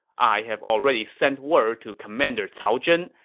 i have already sent word to commander cao zhen,